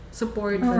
support